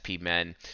men